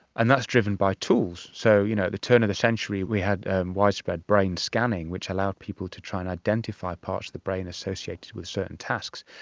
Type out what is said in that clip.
and that's driven by tools. so at you know the turn of the century we had widespread brain scanning which allowed people to try and identify parts of the brain associated with certain tasks.